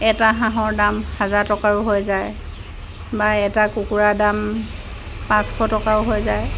এটা হাঁহৰ দাম হাজাৰ টকাৰো হৈ যায় বা এটা কুকুৰাৰ দাম পাঁচশ টকাও হৈ যায়